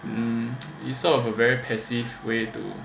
um it's sort of a very passive way to